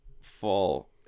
fall